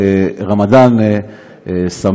חג רמדאן שמח,